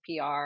PR